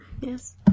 Yes